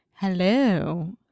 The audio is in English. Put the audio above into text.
hello